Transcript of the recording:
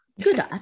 good